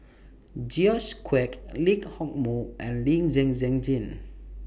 George Quek Lee Hock Moh and Lee Zhen Zhen Jane